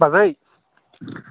बाजै